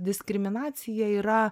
diskriminacija yra